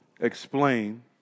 explain